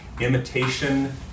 Imitation